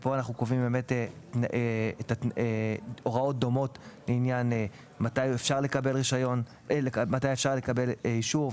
פה אנחנו קובעים הוראות דומות לעניין מתי אפשר לקבל אישור,